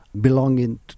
belonging